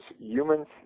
humans